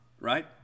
right